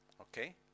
Okay